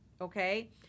Okay